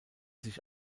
sich